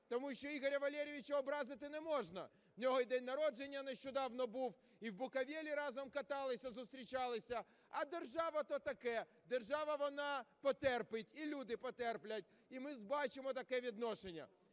Тому що Ігоря Валерійовича образити не можна, у нього і день народження нещодавно був, і в Буковелі разом каталися, зустрічалися. А держава – то таке, держава, вона потерпить, і люди потерплять. І ми бачимо таке відношення.